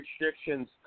restrictions